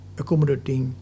accommodating